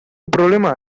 problema